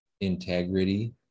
integrity